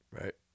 right